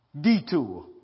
Detour